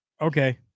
Okay